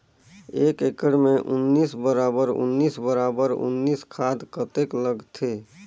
एक एकड़ मे उन्नीस बराबर उन्नीस बराबर उन्नीस खाद कतेक लगथे?